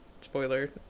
spoiler